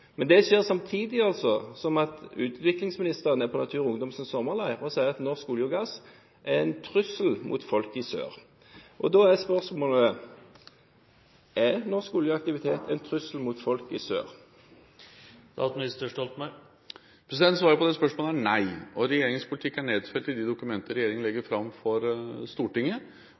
Men det skjer samtidig som at utviklingsministeren er på Natur og Ungdoms sommerleir og sier at norsk olje og gass er en trussel mot folk i sør. Da er spørsmålet: Er norsk oljeaktivitet en trussel mot folk i sør? Svaret på det spørsmålet er nei, og regjeringens politikk er nedfelt i de dokumentene som regjeringen legger fram for Stortinget.